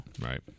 right